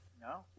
No